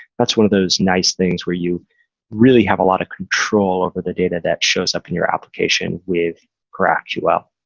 that's one of those nice things where you really have a lot of control over the data that shows up in your application with graphql.